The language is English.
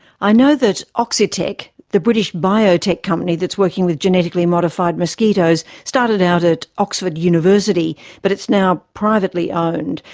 i know that oxitec, the british biotech company that is working with genetically modified mosquitoes, started out at oxford university but it's now privately owned.